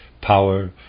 power